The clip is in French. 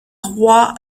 roy